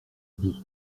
bout